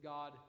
God